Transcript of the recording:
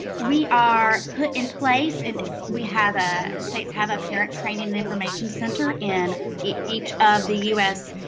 we are put in place and we have, ah states have a parent training and information center in each of the u s.